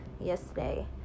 Yesterday